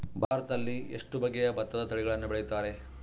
ಭಾರತದಲ್ಲಿ ಎಷ್ಟು ಬಗೆಯ ಭತ್ತದ ತಳಿಗಳನ್ನು ಬೆಳೆಯುತ್ತಾರೆ?